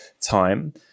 time